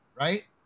right